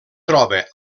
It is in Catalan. troba